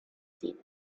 seen